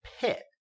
pit